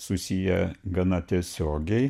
susiję gana tiesiogiai